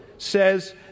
says